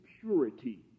purity